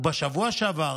ובשבוע שעבר